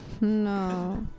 No